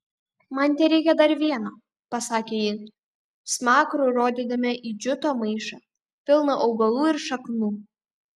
man tereikia dar vieno pasakė ji smakru rodydama į džiuto maišą pilną augalų ir šaknų